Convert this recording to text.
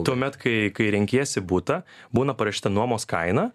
tuomet kai kai renkiesi butą būna parašyta nuomos kaina